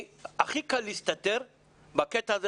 הכי קל להסתתר בקטע הזה,